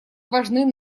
важны